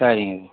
சரிங்க சார்